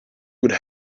would